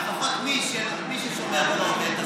לפחות מי ששומר ולא עובד,